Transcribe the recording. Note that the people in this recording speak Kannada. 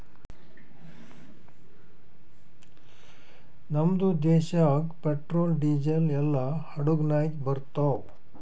ನಮ್ದು ದೇಶಾಗ್ ಪೆಟ್ರೋಲ್, ಡೀಸೆಲ್ ಎಲ್ಲಾ ಹಡುಗ್ ನಾಗೆ ಬರ್ತಾವ್